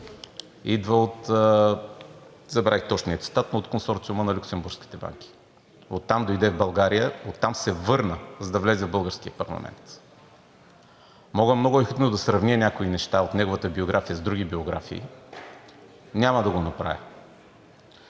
но от Консорциума на люксембургските банки. Оттам дойде в България – оттам се върна, за да влезе в българския парламент. Мога много ехидно да сравня някои неща от неговата биография с други биографии – няма да го направя.